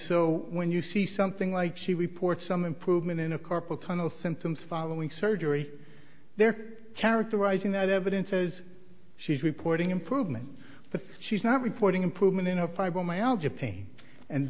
so when you see something like she reports some improvement in a carpal tunnel symptoms following surgery they're characterizing that evidence says she's reporting improvement but she's not reporting improvement in a